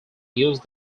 used